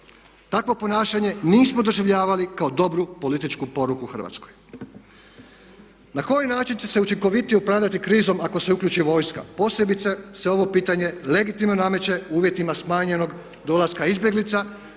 Takvo ponašanje nismo doživljavali kao dobru političku poruku Hrvatskoj. Na koji način će se učinkovitije upravljati krizom ako se uključi vojska? Posebice se ovo pitanje legitimno nameće uvjetima smanjenog dolaska izbjeglica